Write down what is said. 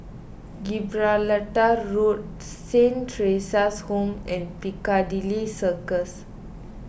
Gibraltar Road Saint theresa's Home and Piccadilly Circus